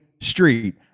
street